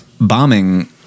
bombing